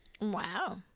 Wow